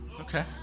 Okay